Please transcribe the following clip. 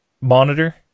monitor